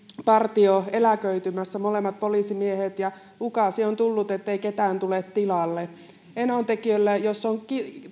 partio eläköitymässä molemmat poliisimiehet ja ukaasi on tullut ettei ketään tule tilalle enontekiöllä jonne on